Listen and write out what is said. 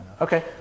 Okay